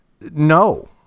no